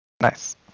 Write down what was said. nice